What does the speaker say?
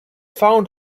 found